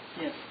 Yes